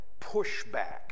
pushback